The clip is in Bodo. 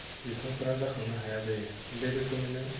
बिफांफोरा जाखांनो हाया जायो बे रोखोमैनो